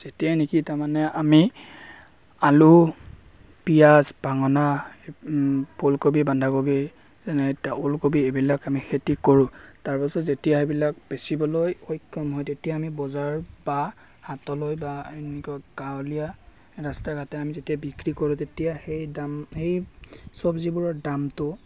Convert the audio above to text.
যেতিয়াই নেকি তাৰমানে আমি আলু পিঁয়াজ বেঙেনা ফুলকবি বন্ধাকবি যেনে এতিয়া ওলকবি এইবিলাক আমি খেতি কৰোঁ তাৰপাছত যেতিয়া সেইবিলাক বেচিবলৈ সক্ষম হয় তেতিয়া আমি বজাৰ বা হাটলৈ বা এনেকুৱা গাঁৱলীয়া ৰাস্তা ঘাটে আমি যেতিয়া বিক্ৰী কৰোঁ তেতিয়া সেই দাম সেই চব্জিবোৰৰ দামটো